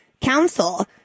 Council